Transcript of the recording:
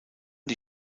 die